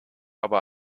aber